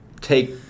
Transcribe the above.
take –